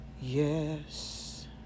Yes